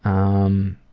um,